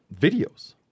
videos